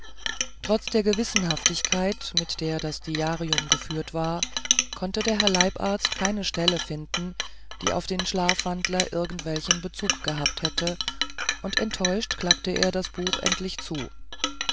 trotz der gewissenhaftigkeit mit der das diarium geführt war konnte der herr leibarzt keine stelle finden die auf den schlafwandler irgendwelchen bezug gehabt hätte und enttäuscht klappte er das buch endlich zu